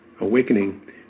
awakening